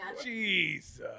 Jesus